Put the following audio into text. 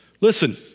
Listen